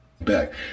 back